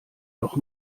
doch